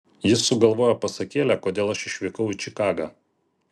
jis sugalvojo pasakėlę kodėl aš išvykau į čikagą